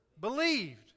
Believed